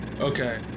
Okay